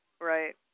Right